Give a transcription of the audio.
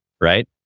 Right